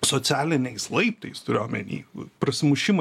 socialiniais laiptais turiu omeny prasimušimą